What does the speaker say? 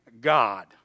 God